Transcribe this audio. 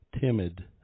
timid